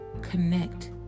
Connect